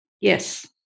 Yes